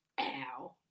ow